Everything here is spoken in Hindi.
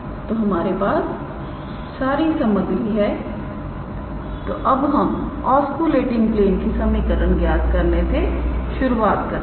तोहमारे पास सारी सामग्रीतो अब हम ऑस्कुलेटिंग प्लेन की समीकरण ज्ञात करने से शुरूआत करते हैं